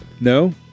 No